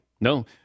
No